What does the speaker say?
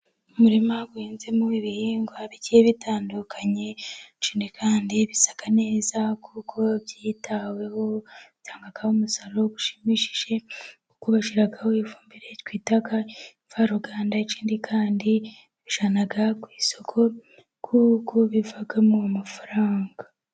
Umurima uhinzemo ibihingwa bigiye bitandukanye, ikindi kandi bisa neza kuko byitaweho bitanga umusaruro ushimishije, kuko bashyiraho ifumbire twita imvaruganda. Ikindi kandi babijyana ku isoko kuko bivamo amafaranga.